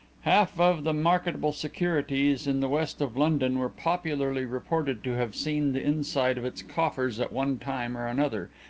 half of the marketable securities in the west of london were popularly reported to have seen the inside of its coffers at one time or another,